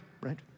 right